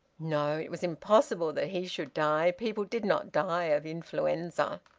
no! it was impossible that he should die! people did not die of influenza.